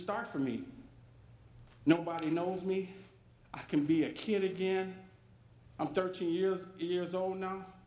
start for me nobody knows me i can be a kid again i'm thirteen years in years oh now